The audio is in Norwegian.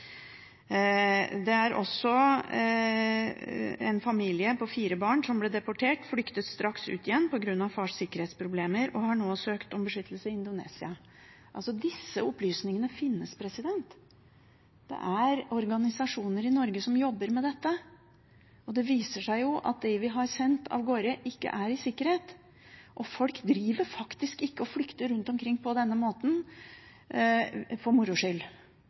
Også en familie med fire barn som ble deportert, flyktet straks ut igjen på grunn av farens sikkerhetsproblemer og har nå søkt om beskyttelse i Indonesia. Disse opplysningene finnes. Det er organisasjoner i Norge som jobber med dette. Det viser seg at de vi har sendt av gårde, ikke er i sikkerhet. Folk driver faktisk ikke og flykter rundt omkring på denne måten